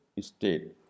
state